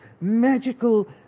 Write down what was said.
magical